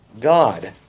God